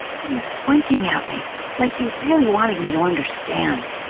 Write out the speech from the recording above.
he was squinting at me like he really wanted me to understand.